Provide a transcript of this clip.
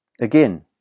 Again